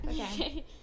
Okay